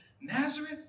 Nazareth